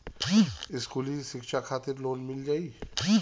इस्कुली शिक्षा खातिर भी लोन मिल जाई?